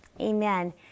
Amen